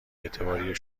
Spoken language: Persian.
اعتباری